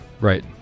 right